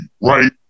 right